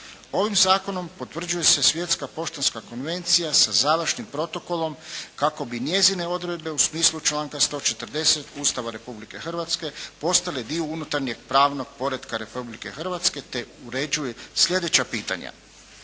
Ovim zakonom potvrđuje se svjetska poštanska konvencija sa završnim protokolom kako bi njezine odredbe u smislu članka 140. Ustava Republike Hrvatske postale dio unutarnjeg pravnog poretka Republike Hrvatske te uređuje sljedeća pitanja.